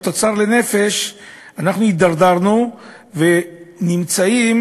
בתוצר לנפש אנחנו הידרדרנו ונמצאים